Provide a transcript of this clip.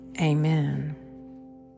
Amen